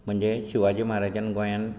म्हणजे शिवाजी महाराजान गोंयांत